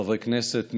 חברי כנסת נכבדים,